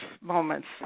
moments